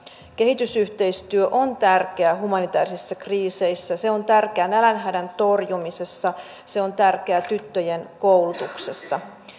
kehitysyhteistyö on tärkeä humanitäärisissä kriiseissä se on tärkeä nälänhädän torjumisessa se on tärkeä tyttöjen koulutuksessa